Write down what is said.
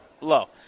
Low